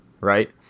right